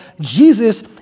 Jesus